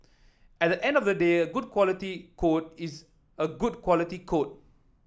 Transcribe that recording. at the end of the day a good quality code is a good quality code